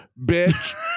bitch